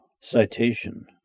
Citation